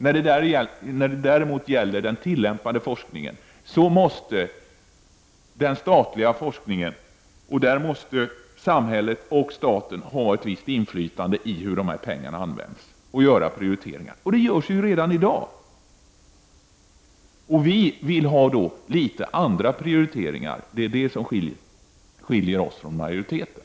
När det däremot gäller den tillämpade forskningen, den statliga forskningen, måste samhället och staten ha ett visst inflytande över hur pengarna används och göra prioriteringar. Det görs redan i dag. Vi vill ha litet andra prioriteringar. Det är detta som skiljer oss från majoriteten.